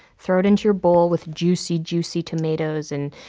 throw it into your bowl with juicy, juicy tomatoes, and